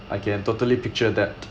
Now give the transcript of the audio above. I can totally picture that